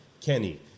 Kenny